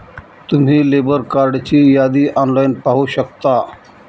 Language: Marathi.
तुम्ही लेबर कार्डची यादी ऑनलाइन पाहू शकता